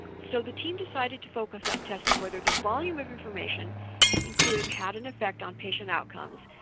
so the team decided to focus on testing whether the volume of information included had an effect on patient outcomes.